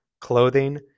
clothing